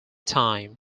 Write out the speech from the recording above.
time